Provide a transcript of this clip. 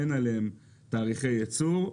אין עליהם תאריכי ייצור.